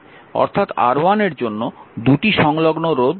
অর্থাৎ R1 এর জন্য দুটি সংলগ্ন রোধ Rb এবং Rc নিতে হবে